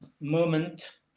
moment